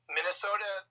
Minnesota